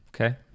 okay